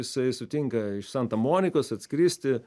jisai sutinka iš santa monikos atskristi